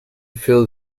filled